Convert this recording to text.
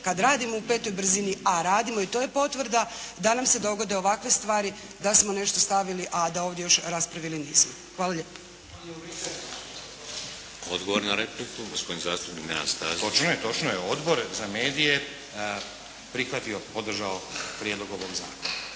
kada radimo u petoj brzini, a radimo, i to je potvrda, da nam se dogode ovakve stvari, da smo nešto stavili a da ovdje još raspravili nismo. Hvala lijepo. **Šeks, Vladimir (HDZ)** Odgovor na repliku, gospodin zastupnik Nenad Stazić. **Stazić, Nenad (SDP)** Točno je, točno je, Odbor za medije je prihvatio, podržao prijedlog ovoga zakona.